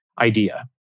idea